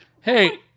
hey